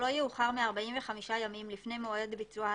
לא יאוחר מ-45 ימים לפני מועד ביצוע ההתקנה,